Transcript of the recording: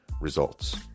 results